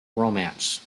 romance